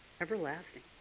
Everlasting